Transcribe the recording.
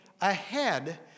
ahead